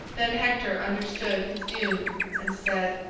then hector understood his doom and said,